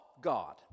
God